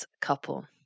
couple